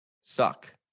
suck